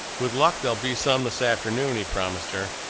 with luck there'll be some this afternoon, he promised her.